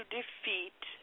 defeat